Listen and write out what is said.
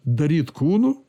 daryt kūnu